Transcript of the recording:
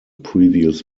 previous